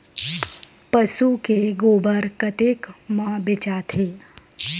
पशु के गोबर कतेक म बेचाथे?